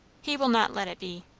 he will not let it be.